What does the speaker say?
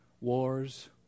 Wars